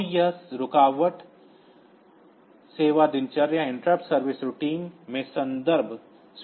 तो यह रुकावट सेवा दिनचर्या में संदर्भ स्विचिंग की अनुमति देगा